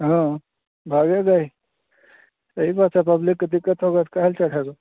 हाँ भागेगा ही सही बात है पब्लिक को दिक़्क़त होगी तो काहे चढ़ेगा